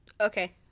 okay